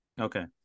Okay